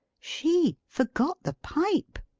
she! forgot the pipe!